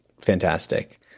fantastic